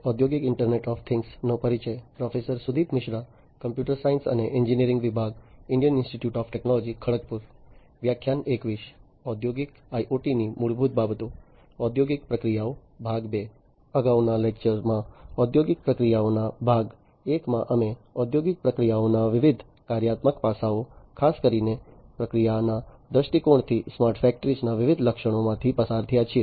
અગાઉના લેક્ચરમાં ઔદ્યોગિક પ્રક્રિયાઓના ભાગ એકમાં અમે ઔદ્યોગિક પ્રક્રિયાઓના વિવિધ કાર્યાત્મક પાસાઓ ખાસ કરીને પ્રક્રિયાના દૃષ્ટિકોણથી સ્માર્ટ ફેક્ટરીઓ ના વિવિધ લક્ષણોમાંથી પસાર થયા છીએ